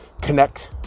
connect